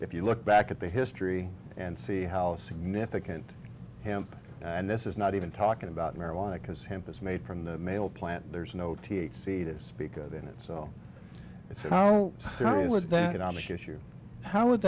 if you look back at the history and see how significant him and this is not even talking about marijuana because hemp is made from the male plant there's no t h c to speak of in it so it's how